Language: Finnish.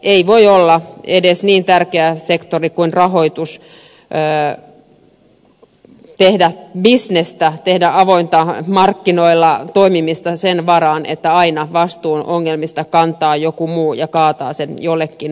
ei edes niin tärkeä sektori kuin rahoitus voi tehdä bisnestä toimia avoimesti markkinoilla sen varassa että aina vastuun ongelmista kantaa joku muu ja kaataa sen jollekin muulle